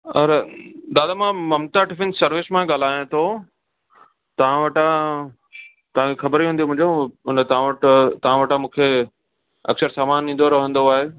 अरे दादा मां ममता टिफ़िन सर्विस मां ॻाल्हायां थो तव्हां वटां तव्हां खे ख़बर ई हूंदी मुंहिंजो हुन तव्हां वटि तव्हां वटां मूंखे अकसर सामान ईंदो रहंदो आहे